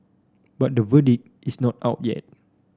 but the verdict is not out yet